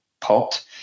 pot